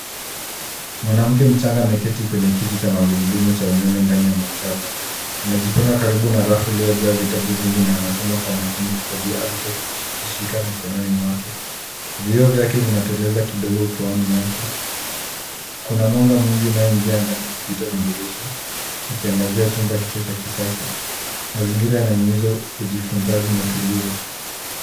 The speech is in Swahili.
Mwanamke mchanga ameketi kwenye kiti cha magurudumu cha umeme ndani ya maktaba. Amejipanga karibu na rafu iliyojaa vitabu vingi na anasoma kwa makini kitabu alichokishika mikononi mwake. Vioo vyake vinateleza kidogo upuani mwake. Kuna mwanga mwingi unaoingia ndani kupitia madirisha, ukiangazia chumba hicho cha kisasa. Mazingira yanahimiza ujifunzaji na utulivu.